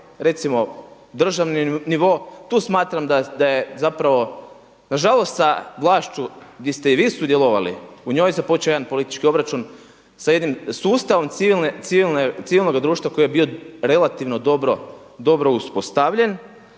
recimo državni nivo, tu smatram da je zapravo nažalost sa vlašću gdje ste i vi sudjelovali u njoj započeo jedan politički obračun sa jednim sustavom civilnog društva koji je bio relativno dobro uspostavljen.